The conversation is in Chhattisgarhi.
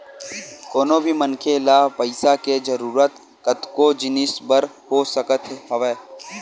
कोनो भी मनखे ल पइसा के जरुरत कतको जिनिस बर हो सकत हवय